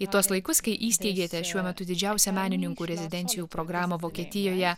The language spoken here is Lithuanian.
į tuos laikus kai įsteigėte šiuo metu didžiausią menininkų rezidencijų programą vokietijoje